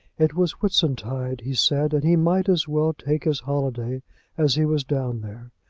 it was whitsuntide he said, and he might as well take his holiday as he was down there.